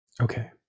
Okay